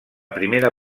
primera